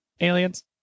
aliens